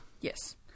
Yes